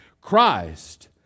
Christ